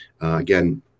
Again